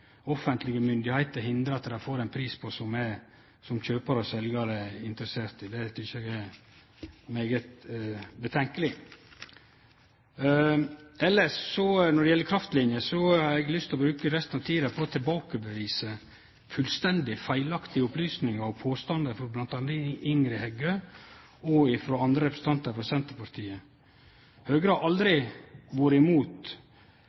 er svært tvilsamt. Når det gjeld kraftlinjer, har eg lyst til å bruke resten av tida på å tilbakevise fullstendig feilaktige opplysningar og påstandar frå blant andre Ingrid Heggø og representantar frå Senterpartiet. Høgre har aldri vore imot